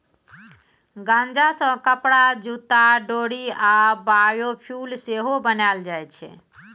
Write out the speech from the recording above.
गांजा सँ कपरा, जुत्ता, डोरि आ बायोफ्युल सेहो बनाएल जाइ छै